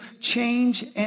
change